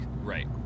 Right